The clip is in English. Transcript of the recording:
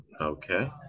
Okay